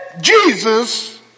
jesus